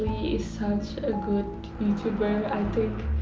such a good youtuber i think.